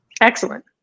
Excellent